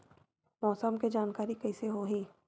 मौसम के जानकारी कइसे होही?